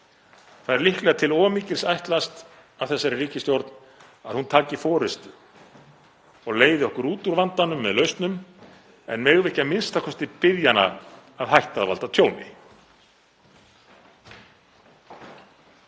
Það er líklega til of mikils ætlast af þessari ríkisstjórn að hún taki forystu og leiði okkur út úr vandanum með lausnum en megum við ekki a.m.k. biðja hana að hætta að valda tjóni?